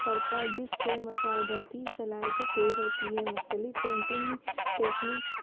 پڑتا ہے جس سے مشاہداتی صلاحیتوں تیز ہوتی ہے مختلف پینٹنگ ٹیکنیکس